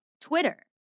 Twitter